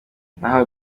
ntaho